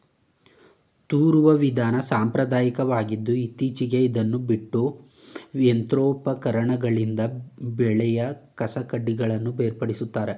ತೂರುವ ವಿಧಾನ ಸಾಂಪ್ರದಾಯಕವಾಗಿದ್ದು ಇತ್ತೀಚೆಗೆ ಇದನ್ನು ಬಿಟ್ಟು ಯಂತ್ರೋಪಕರಣಗಳಿಂದ ಬೆಳೆಯ ಕಸಕಡ್ಡಿಗಳನ್ನು ಬೇರ್ಪಡಿಸುತ್ತಾರೆ